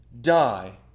die